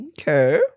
Okay